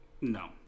No